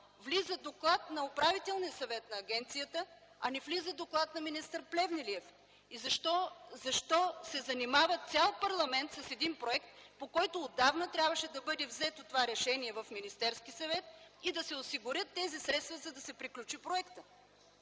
влиза доклад на Управителния съвет на агенцията, а не влиза доклад на министър Плевнелиев? Защо цял парламент се занимава с един проект, по който отдавна трябваше да бъде взето това решение в Министерски съвет и да се осигурят тези средства, за да се приключи проектът?